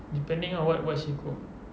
depending ah what what she cook